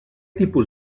tipus